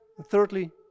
Thirdly